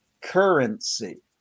Currency